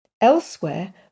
Elsewhere